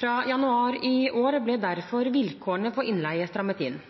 Fra januar i år ble derfor